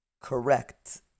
correct